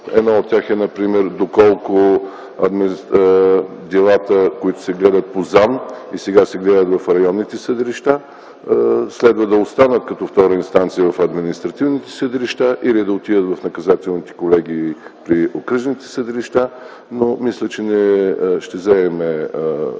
Едно от тях е доколко делата, които се гледат по ЗАНН и сега в районните съдилища, следва да останат като втора инстанция в административните съдилища или да отидат в наказателните колегии при окръжните съдилища. Мисля, че ще вземем